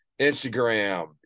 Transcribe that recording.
Instagram